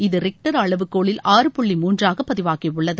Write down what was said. இது ரிங்டர் அளவுகோலில் ஆறு புள்ளி மூன்றாக பதிவாகி உள்ளது